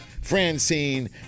Francine